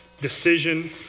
decision